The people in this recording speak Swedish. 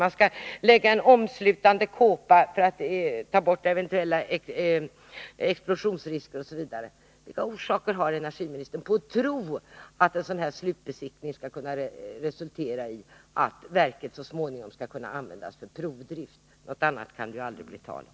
Man skall lägga en omslutande kåpa för att eliminera eventuella explosionsrisker osv. Vilka orsaker har energiministern att tro att en slutbesiktning skall resultera i att verket så småningom skall kunna användas för provdrift — något annat kan det ju aldrig bli tal om?